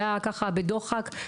לא, עוד דקה.